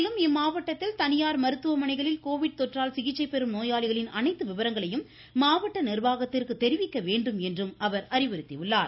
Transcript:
மேலும் இம்மாவட்டத்தில் தனியார் மருத்துவமனைகளில் கோவிட் தொற்றால் சிகிச்சை பெறும் நோயாளிகளின் அனைத்து விவரங்களையும் மாவட்ட நிர்வாகத்திற்கு தெரிவிக்க வேண்டும் எனவும் அவர் அறிவுறுத்தி உள்ளார்